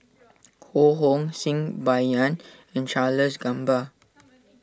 Ho Hong Sing Bai Yan and Charles Gamba